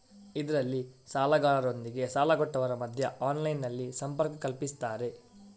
ಇದ್ರಲ್ಲಿ ಸಾಲಗಾರರೊಂದಿಗೆ ಸಾಲ ಕೊಟ್ಟವರ ಮಧ್ಯ ಆನ್ಲೈನಿನಲ್ಲಿ ಸಂಪರ್ಕ ಕಲ್ಪಿಸ್ತಾರೆ